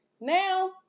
now